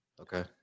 Okay